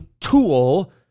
tool